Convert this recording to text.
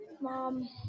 mom